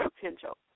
potential